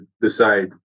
decide